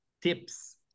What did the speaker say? tips